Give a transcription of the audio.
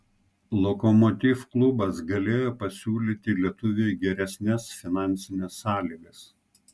lokomotiv klubas galėjo pasiūlyti lietuviui geresnes finansines sąlygas